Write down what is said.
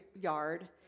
yard